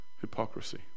hypocrisy